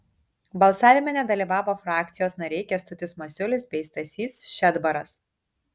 balsavime nedalyvavo frakcijos nariai kęstutis masiulis bei stasys šedbaras